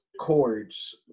chords